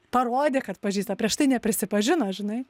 parodė kad pažįsta prieš tai neprisipažino žinai